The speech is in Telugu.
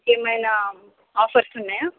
ఏమైనా ఆఫర్స్ ఉన్నాయా